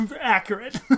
accurate